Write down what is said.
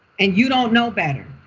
and you don't know better,